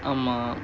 ஆமா:aamaa